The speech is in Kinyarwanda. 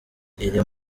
iri